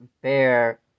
bear